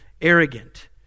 arrogant